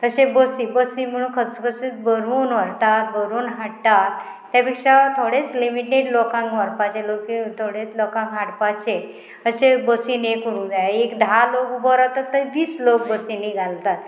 तशें बसी बसी म्हणून खस खस भरून व्हरतात भरून हाडटात त्या पेक्षा थोडेच लिमिटेड लोकांक व्हरपाचे थोडेच लोकांक हाडपाचे अशें बसीन हे करूंक जाय एक धा लोक उबो रावतात ते वीस लोक बसींनी घालतात